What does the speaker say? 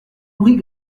nourris